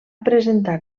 presentar